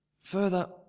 Further